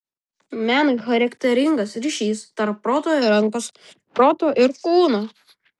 menui charakteringas ryšys tarp proto ir rankos proto ir kūno